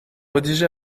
rédiger